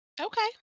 Okay